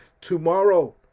tomorrow